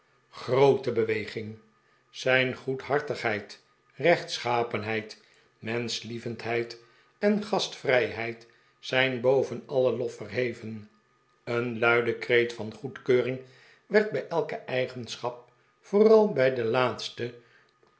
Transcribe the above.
groote beweging zijn goedhartigheid rechtschapenheid menschlievencfheid en gastvrijheid zijn boven alien lof verheven een luide kreet van goedkeuring werd bij elke eigenschap vooraj bij de laatste